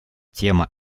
тема